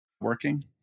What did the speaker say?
working